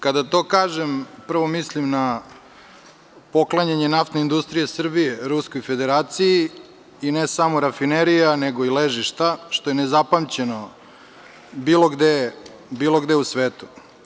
Kada to kažem prvo mislim na poklanjanje NIS Ruskoj Federaciji i ne samo rafinerija nego i ležišta, što je nezapamćeno bilo gde u svetu.